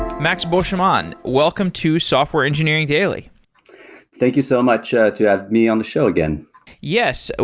max beauchemin, welcome to software engineering daily thank you so much ah to have me on the show again yes. ah